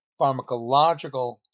pharmacological